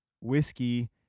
whiskey